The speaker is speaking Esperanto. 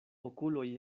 okuloj